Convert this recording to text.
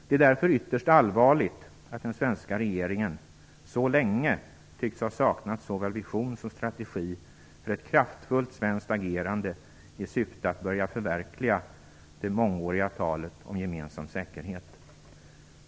Det är därför ytterst allvarligt att den svenska regeringen så länge tycks ha saknat såväl vision som strategi för ett kraftfullt svenskt agerande i syfte att börja förverkliga det mångåriga talet om "gemensam säkerhet".